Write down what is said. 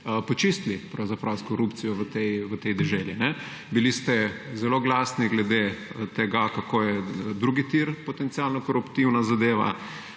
počistili s korupcijo v tej deželi. Bili ste zelo glasni glede tega, kako je drugi tir potencialno koruptivna zadeva,